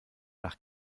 nach